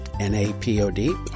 N-A-P-O-D